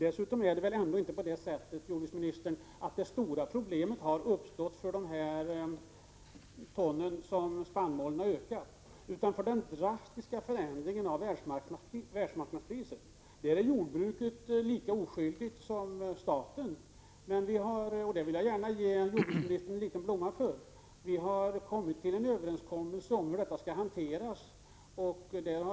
Dessutom är det väl inte på det sättet, jordbruksministern, att det stora problemet har uppstått på grund av det antal ton som spannmålen har ökat med, utan orsaken är den drastiska förändringen av världsmarknadspriset. Därvidlag är jordbruket lika oskyldigt som staten. Men jag skall gärna ge jordbruksministern en liten blomma för att det har nåtts en överenskommelse om hur saken skall hanteras.